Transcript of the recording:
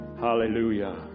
Hallelujah